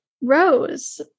rose